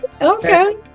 okay